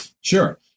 Sure